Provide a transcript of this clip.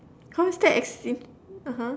how's that (uh huh)